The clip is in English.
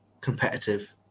competitive